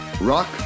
Rock